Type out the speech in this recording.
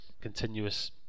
continuous